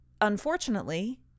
unfortunately